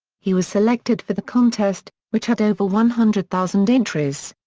he was selected for the contest, which had over one hundred thousand entries.